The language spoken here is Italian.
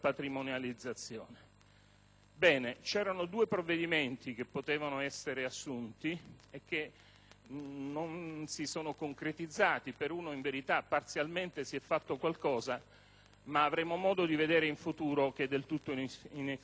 Ebbene, c'erano due provvedimenti che potevano essere assunti e che non si sono concretizzati; per uno, in verità, parzialmente si è fatto qualcosa, ma avremo modo di vedere in futuro che è del tutto insufficiente.